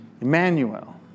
Emmanuel